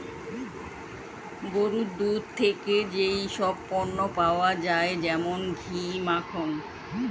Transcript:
পশুর দুগ্ধ থেকে যেই সব পণ্য পাওয়া যায় যেমন মাখন, ঘি